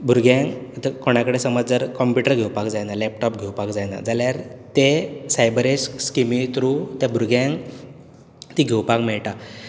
भुरग्यां आतां कोणा कडेन समज जर कंम्प्युटर घेवपाक जायना लॅपटॉप घेवपाक जायना जाल्यार ते सायबरेज स्किमी त्रू ते भुरग्यांग ती घेवपाक मेळटा